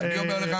אני אומר לך,